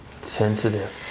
Sensitive